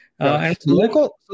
Local